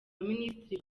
abaminisitiri